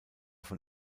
von